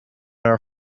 are